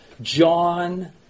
John